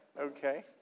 Okay